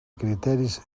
criteris